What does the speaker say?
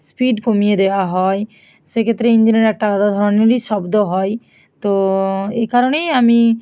speed কমিয়ে দেওয়া হয় সেক্ষেত্রে ইঞ্জিনের একটা আলাদা ধরনেরই শব্দ হয় তো এই কারণেই আমি